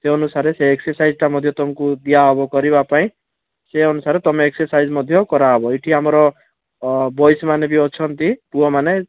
ସେ ଅନୁସାରରେ ସେ ଏକ୍ସରସାଇଜ୍ଟା ମଧ୍ୟ ତୁମକୁ ଦିଆ ହେବ କରିବା ପାଇଁ ସେ ଅନୁସାରରେ ତୁମେ ଏକ୍ସରସାଇଜ୍ ମଧ୍ୟ କରାହବ ଏଇଠି ଆମର ବଏଜ୍ ମାନେ ବି ଅଛନ୍ତି ପୁଅମାନେ